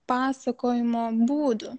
pasakojimo būdu